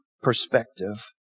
perspective